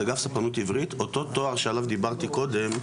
אותו תואר שעליו דיברתי קודם,